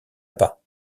pas